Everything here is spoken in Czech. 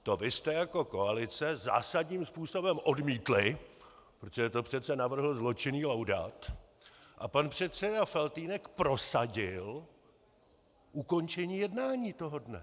To vy jste jako koalice zásadním způsobem odmítli, protože to přece navrhl zločinný Laudát, a pan předseda Faltýnek prosadil ukončení jednání toho dne.